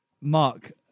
Mark